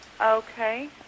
Okay